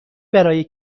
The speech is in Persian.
برای